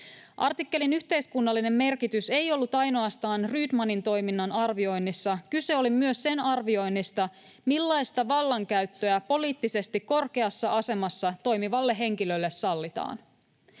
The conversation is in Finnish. Artikkelin yhteiskunnallinen merkitys ei ollut ainoastaan Rydmanin toiminnan arvioinnissa. Kyse oli myös sen arvioinnista, millaista vallankäyttöä poliittisesti korkeassa asemassa toimivalle henkilölle sallitaan.